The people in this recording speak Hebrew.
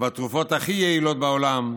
והתרופות הכי יעילות בעולם.